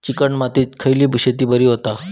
Chicken मातीत खयली शेती बरी होता?